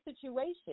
situation